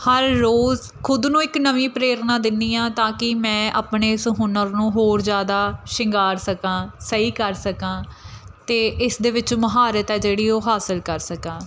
ਹਰ ਰੋਜ਼ ਖੁਦ ਨੂੰ ਇੱਕ ਨਵੀਂ ਪ੍ਰੇਰਨਾ ਦਿੰਦੀ ਹਾਂ ਤਾਂ ਕਿ ਮੈਂ ਆਪਣੇ ਇਸ ਹੁਨਰ ਨੂੰ ਹੋਰ ਜ਼ਿਆਦਾ ਸ਼ਿੰਗਾਰ ਸਕਾਂ ਸਹੀ ਕਰ ਸਕਾਂ ਅਤੇ ਇਸ ਦੇ ਵਿੱਚ ਮਹਾਰਤ ਹੈ ਜਿਹੜੀ ਉਹ ਹਾਸਿਲ ਕਰ ਸਕਾਂ